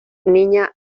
niña